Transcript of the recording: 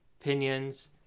opinions